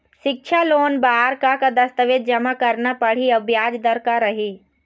सिक्छा लोन बार का का दस्तावेज जमा करना पढ़ही अउ ब्याज दर का रही?